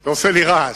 זה, זה עושה לי רעש.